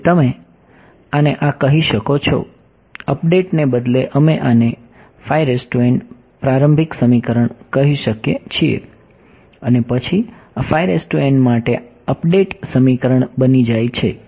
તેથી તમે આને આ કહી શકો છો અપડેટને બદલે અમે આને પ્રારંભિક સમીકરણ કહી શકીએ છીએ અને પછી આ માટે અપડેટ સમીકરણ બની જાય છે